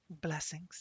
Blessings